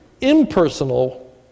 impersonal